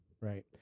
right